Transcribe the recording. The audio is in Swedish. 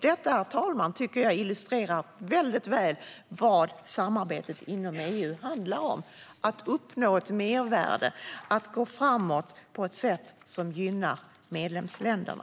Detta, herr talman, tycker jag väldigt väl illustrerar vad samarbetet inom EU handlar om: att uppnå ett mervärde och gå framåt på ett sätt som gynnar medlemsländerna.